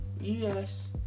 Yes